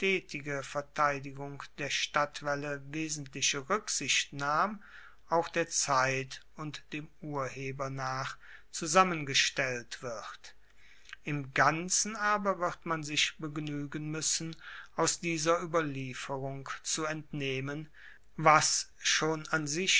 verteidigung der stadtwaelle wesentliche ruecksicht nahm auch der zeit und dem urheber nach zusammengestellt wird im ganzen aber wird man sich begnuegen muessen aus dieser ueberlieferung zu entnehmen was schon